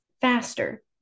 faster